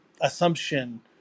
assumption